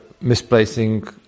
misplacing